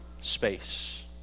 space